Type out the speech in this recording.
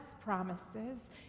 promises